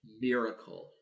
Miracle